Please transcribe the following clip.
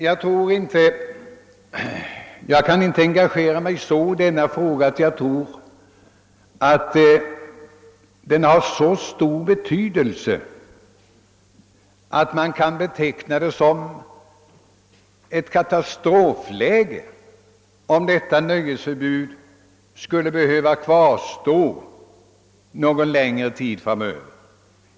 Jag kan inte engagera mig så i denna fråga att jag tror att den har så stor betydelse att man kan beteckna det som ett katastrofläge, om detta nöjesförbud skulle behöva kvarstå någon längre tid framöver.